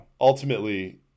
ultimately